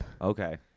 Okay